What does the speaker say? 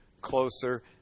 closer